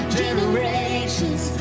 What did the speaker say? generations